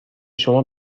شما